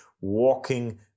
walking